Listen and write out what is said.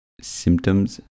symptoms